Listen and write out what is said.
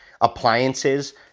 appliances